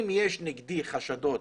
אם יש נגדי חשדות,